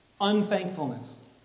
unthankfulness